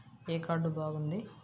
ఏ card బాగుంది?